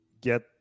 get